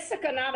יש סכנה.